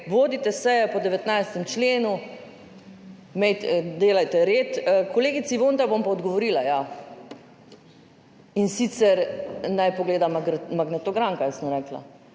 Vodite sejo po 19. členu, delajte red. Kolegici Vonta bom pa odgovorila, in sicer naj pogleda magnetogram, kaj sem rekla.